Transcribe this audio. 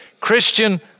Christian